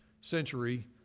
century